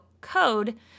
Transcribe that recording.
code